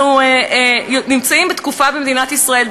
אנחנו נמצאים בתקופה במדינת ישראל,